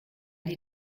die